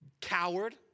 Coward